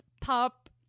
pop